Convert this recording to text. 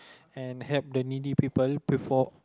and help the needy people before